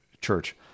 church